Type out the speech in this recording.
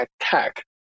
attack